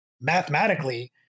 mathematically